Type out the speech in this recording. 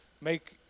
make